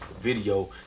video